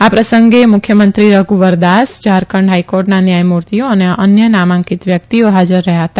આ પ્રસંગે મુખ્યમંત્રી રધુવર દાસ ઝારખંડ હાઇકોર્ટના ન્યાયમૂર્તિઓ અને અનય નામાંકીત વ્યકિતઓ હાજર રહયાં હતા